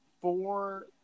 four